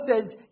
says